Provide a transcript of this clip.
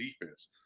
defense